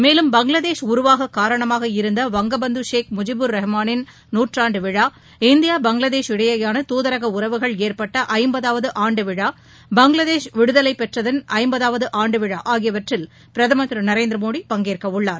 மேலும் பங்களாதேஷ் உருவாக காரணமாக இருந்த வங்கபந்து ஷேக் முஜீபுர் ரஹ்மானின் நூற்றாண்டு விழா இந்தியா பங்களாதேஷ் இடையேயான தூதரக உறவுகள் ஏற்பட்ட ஐம்பதாவது ஆண்டு விழா பங்களாதேஷ் விடுதலை பெற்றதன் ஐம்பதாவது ஆண்டு விழா ஆகியவற்றில் பிரதமர் திரு நரேந்திரமோடி பங்கேற்கவுள்ளார்